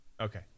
okay